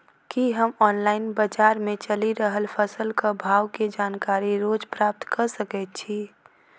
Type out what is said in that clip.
की हम ऑनलाइन, बजार मे चलि रहल फसलक भाव केँ जानकारी रोज प्राप्त कऽ सकैत छी?